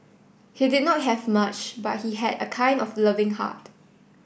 he did not have much but he had a kind of loving heart